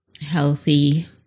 healthy